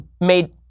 made